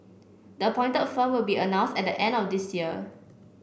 the appointed firm will be announced at the end of this year